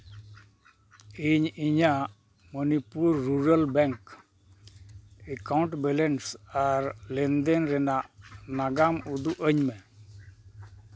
ᱤᱧ ᱤᱧᱟᱹᱜ Manipur rural bank account balance ᱟᱨ ᱞᱮᱱᱫᱮᱱ ᱨᱮᱱᱟᱜ ᱱᱟᱜᱟᱢ ᱩᱫᱩᱜᱼᱟᱹᱧ ᱢᱮ